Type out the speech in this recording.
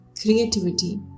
creativity